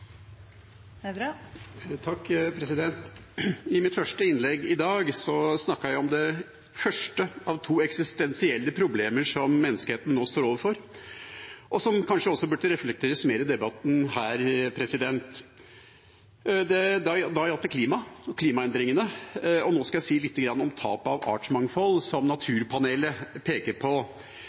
I mitt første innlegg i dag snakket jeg om det første av to eksistensielle problemer som menneskeheten nå står overfor, og som kanskje burde reflekteres mer i debatten her. Da gjaldt det klima og klimaendringene. Nå skal jeg si litt om tapet av artsmangfold som Naturpanelet peker på.